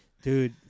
Dude